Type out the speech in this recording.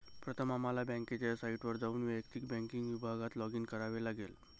प्रथम आम्हाला बँकेच्या साइटवर जाऊन वैयक्तिक बँकिंग विभागात लॉगिन करावे लागेल